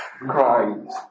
crying